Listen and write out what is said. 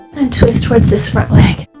and twist towards this leg